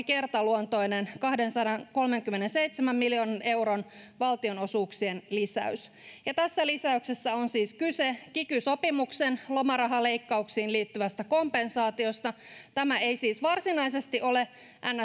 kertaluontoinen kahdensadankolmenkymmenenseitsemän miljoonan euron valtionosuuksien lisäys tässä lisäyksessä on siis kyse kiky sopimuksen lomarahaleikkauksiin liittyvästä kompensaatiosta tämä ei siis varsinaisesti ole niin sanottu